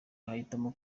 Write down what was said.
yahitamo